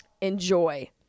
enjoy